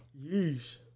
Yeesh